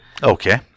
Okay